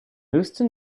roast